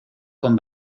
con